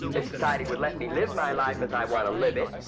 if society would let me live my life as i want to live it,